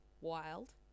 Wild